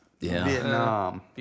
Vietnam